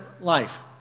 life